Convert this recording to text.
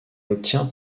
obtient